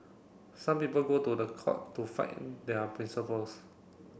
some people go to the court to fight their principles